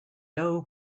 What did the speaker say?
doe